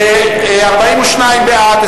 42 בעד,